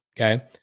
Okay